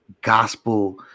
gospel